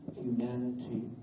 Humanity